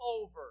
over